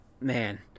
Man